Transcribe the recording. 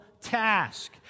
task